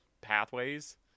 pathways